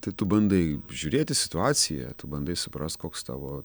tai tu bandai žiūrėt į situaciją tu bandai suprast koks tavo